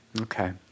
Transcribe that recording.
okay